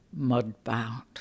Mudbound